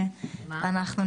עליה, המשמעות